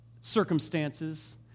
circumstances